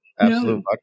Absolute